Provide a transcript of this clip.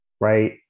right